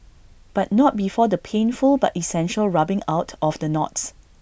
but not before the painful but essential rubbing out of the knots